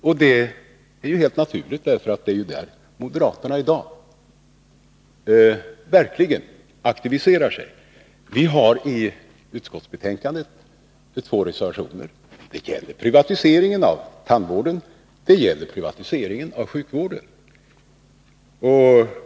Och det är helt naturligt, därför att det är ju där moderaterna i dag verkligen aktiverar sig. I utskottsbetänkandet finns två reservationer som gäller privatisering. Den ena gäller privatiseringen av tandvården. Den andra gäller privatisering av sjukvården.